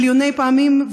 מיליוני פעמים,